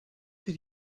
did